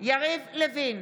יריב לוין,